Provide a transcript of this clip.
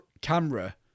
camera